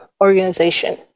organization